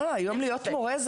לא היום להיות מורה,